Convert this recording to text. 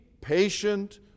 patient